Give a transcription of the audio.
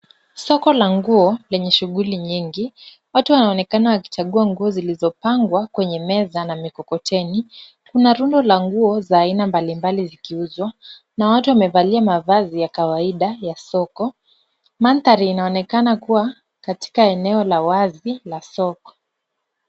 Soko la nguo lenye shughuli nyingi. Watu wanaonekana wakichagua nguo zilizopangwa kwenye meza na mikokoteni. Kuna rundo la nguo za aina mbali mbali zikiuzwa na watu wamevalia mavazi ya kawaida ya soko. Mandhari inaonekana kuwa katika eneo la wazi la soko.